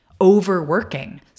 overworking